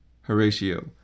Horatio